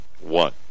One